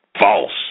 False